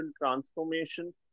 transformation